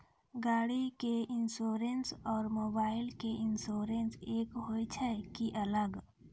गाड़ी के इंश्योरेंस और मोबाइल के इंश्योरेंस एक होय छै कि अलग?